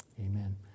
Amen